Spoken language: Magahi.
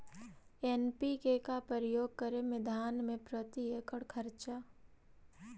एन.पी.के का प्रयोग करे मे धान मे प्रती एकड़ खर्चा?